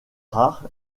rare